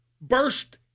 burst